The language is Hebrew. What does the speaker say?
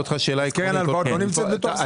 קרן הלוואות לא נמצאת בתוך זה?